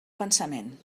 pensament